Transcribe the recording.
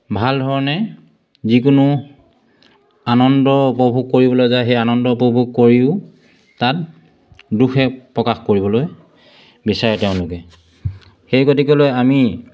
ভাল ধৰণে যিকোনো আনন্দ উপভোগ কৰিবলৈ যায় সেই আনন্দ উপভোগ কৰিও তাত দুখহে প্ৰকাশ কৰিবলৈ বিচাৰে তেওঁলোকে সেই গতিকেলৈ আমি